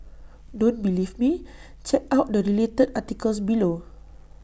don't believe me check out the related articles below